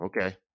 okay